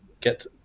get